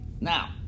now